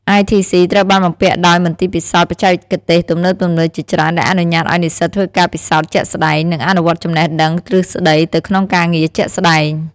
ITC ត្រូវបានបំពាក់ដោយមន្ទីរពិសោធន៍បច្ចេកទេសទំនើបៗជាច្រើន ដែលអនុញ្ញាតឱ្យនិស្សិតធ្វើការពិសោធន៍ជាក់ស្តែង និងអនុវត្តចំណេះដឹងទ្រឹស្តីទៅក្នុងការងារជាក់ស្តែង។